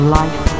life